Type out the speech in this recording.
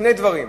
שני דברים.